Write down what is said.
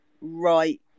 right